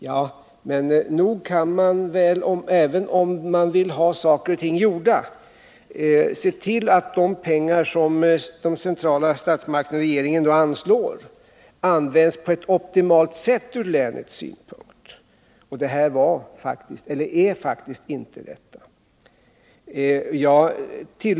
Ja, men nog kan man väl, även om man vill ha saker och ting gjorda, se till att de pengar som de centrala statsmakterna, regeringen, anslår används på ett optimalt sätt ur länets synpunkt. Här är det faktiskt inte så.